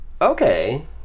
okay